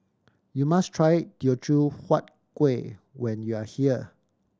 you must try Teochew Huat Kueh when you are here